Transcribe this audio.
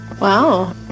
Wow